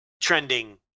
trending